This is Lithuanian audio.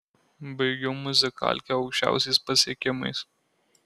baigiau muzikalkę aukščiausiais pasiekimais